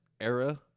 era